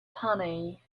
honey